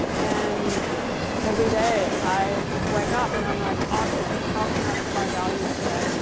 and every day i wake up and i'm like, awesome, how can i provide value today?